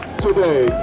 today